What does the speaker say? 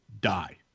die